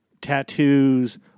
tattoos